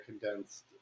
condensed